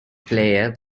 player